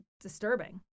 disturbing